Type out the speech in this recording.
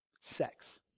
sex